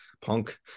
punk